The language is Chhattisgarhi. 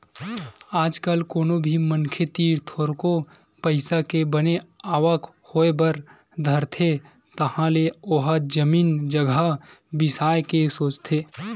आज कल कोनो भी मनखे तीर थोरको पइसा के बने आवक होय बर धरथे तहाले ओहा जमीन जघा बिसाय के सोचथे